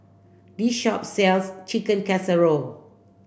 this shop sells Chicken Casserole